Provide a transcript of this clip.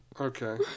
Okay